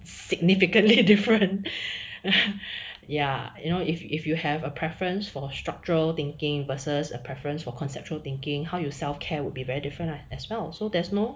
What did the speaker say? significantly different ya you know if if you have a preference for structural thinking versus a preference for conceptual thinking how you self care will be very different as well so there's no